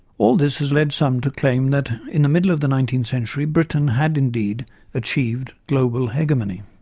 all this has led some to claim that in the middle of the nineteenth century britain had indeed achieved global hegemony.